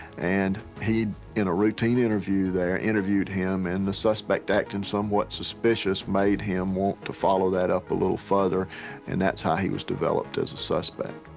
and he in a routine interview there interviewed him and the suspect acted somewhat suspicious, made him want to follow that up a little further and that's how he was developed as a suspect.